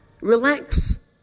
Relax